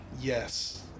yes